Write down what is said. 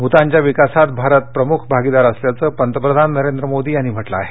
भूतानच्या विकासात भारत प्रमुख भागीदार असल्याचं पंतप्रधान नरेंद्र मोदी यांनी म्हटलं आहे